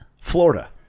Florida